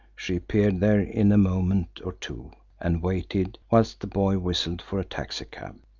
she appeared there in a moment or two and waited whilst the boy whistled for a taxicab,